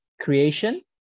Creation